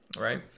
right